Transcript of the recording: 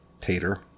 Tater